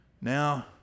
Now